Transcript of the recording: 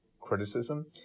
criticism